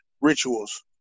rituals